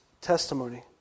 testimony